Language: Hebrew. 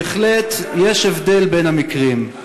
בהחלט יש הבדל בין המקרים.